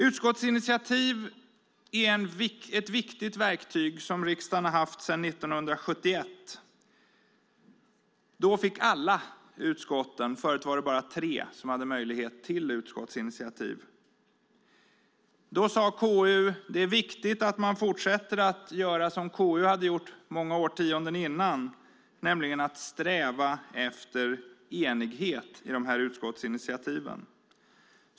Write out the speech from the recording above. Utskottsinitiativ är ett viktigt verktyg som riksdagen har haft sedan 1971. Då fick alla utskott - tidigare var det bara tre - möjlighet till utskottsinitiativ. Då sade KU att det var viktigt att fortsätta att göra som KU hade gjort många årtionden dessförinnan, nämligen att sträva efter enighet i utskottsinitiativen.